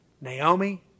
Naomi